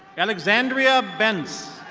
alexandria bentz.